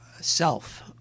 self